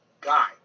guy